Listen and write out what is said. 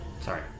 Sorry